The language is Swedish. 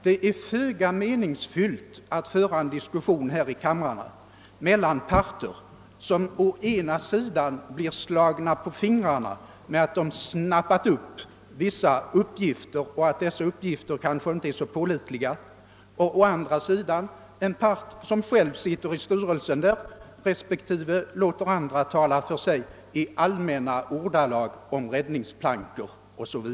Det är föga meningsfullt att föra en diskussion i kamrarna mellan en part som blir »slagen på fingrarna» med att den »snappat upp» vissa uppgifter, som kanske inte är pålitliga, och en part som själv sitter i styrelsen och låter andra tala för sig i allmänna ordalag om räddningsplankor 0. s. Vv.